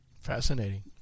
Fascinating